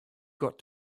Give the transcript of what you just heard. got